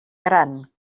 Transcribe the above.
gran